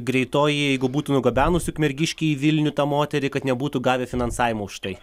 greitoji jeigu būtų nugabenus ukmergiškį į vilnių tą moterį kad nebūtų gavę finansavimo už tai